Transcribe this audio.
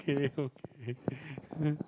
okay okay